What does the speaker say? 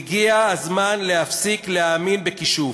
הגיע הזמן להפסיק להאמין בכישוף.